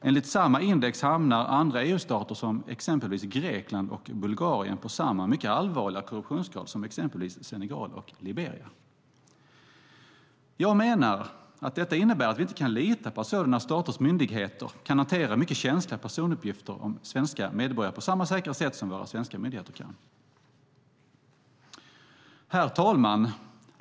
Enligt samma index hamnar andra EU-stater som Grekland och Bulgarien på samma mycket allvarliga korruptionsgrad som exempelvis Senegal och Liberia. Jag menar att detta innebär att vi inte kan lita på att sådana staters myndigheter kan hantera mycket känsliga personuppgifter om svenska medborgare på samma säkra sätt som våra svenska myndigheter. Herr talman!